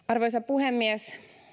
arvoisa puhemies